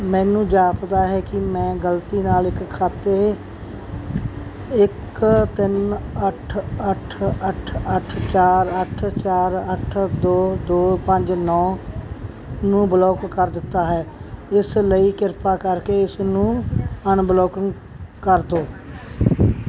ਮੈਨੂੰ ਜਾਪਦਾ ਹੈ ਕਿ ਮੈਂ ਗਲਤੀ ਨਾਲ ਇੱਕ ਖਾਤੇ ਇੱਕ ਤਿੰਨ ਅੱਠ ਅੱਠ ਅੱਠ ਅੱਠ ਚਾਰ ਅੱਠ ਚਾਰ ਅੱਠ ਦੋ ਦੋ ਪੰਜ ਨੌਂ ਨੂੰ ਬਲੌਕ ਕਰ ਦਿੱਤਾ ਹੈ ਇਸ ਲਈ ਕਿਰਪਾ ਕਰਕੇ ਇਸਨੂੰ ਅਨਬਲੌਕੰਗ ਕਰ ਦਿਉ